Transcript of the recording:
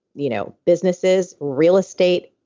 you know businesses, real estate.